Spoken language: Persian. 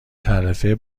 تعرفه